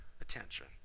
attention